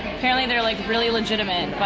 apparently, they're, like, really legitimate. but,